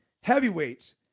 heavyweights